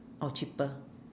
oh cheaper